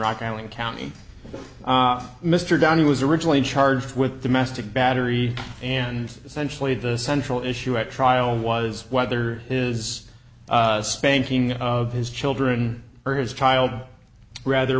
rock and county mr downey was originally charged with domestic battery and essentially the central issue at trial was whether is spanking of his children or his child rather